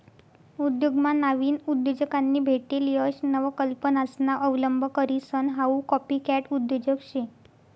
उद्योगमा नाविन उद्योजकांनी भेटेल यश नवकल्पनासना अवलंब करीसन हाऊ कॉपीकॅट उद्योजक शे